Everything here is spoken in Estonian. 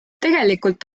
tegelikult